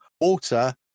Water